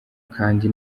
kandi